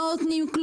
לא נותנים,